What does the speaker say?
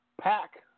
Pack